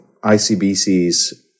ICBC's